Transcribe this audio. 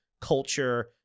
culture